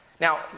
Now